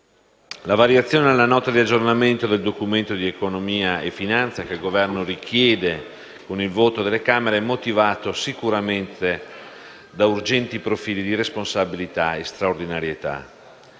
la variazione alla Nota di aggiornamento del Documento di economia e finanza che il Governo richiede con il voto delle Camere è motivata sicuramente da urgenti profili di responsabilità e straordinarietà.